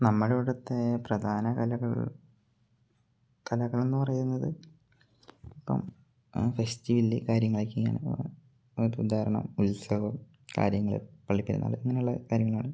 നമ്മുടെ ഇവിടത്തെ പ്രധാന കലകൾ കലകളെന്ന് പറയുന്നത് ഇപ്പം ഫെസ്റ്റിവില്ല് കാര്യങ്ങളെക്കെയാണ് ഒരു ഉദാഹരണം ഉത്സവം കാര്യങ്ങൾ പള്ളിപ്പെരുന്നാൾ അങ്ങനെയുള്ള കാര്യങ്ങളാണ്